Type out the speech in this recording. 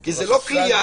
כי זו לא כליאה.